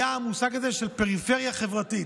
מושג של פריפריה חברתית.